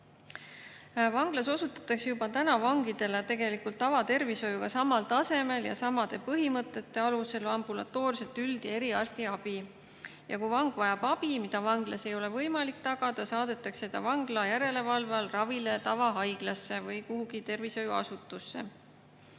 Vanglas osutatakse juba praegu vangidele tegelikult tavatervishoiuga samal tasemel ja samade põhimõtete alusel ambulatoorset üld- ja eriarstiabi. Kui vang vajab abi, mida vanglas ei ole võimalik tagada, saadetakse ta vangla järelevalve all ravile tavahaiglasse või kuhugi tervishoiuasutusse.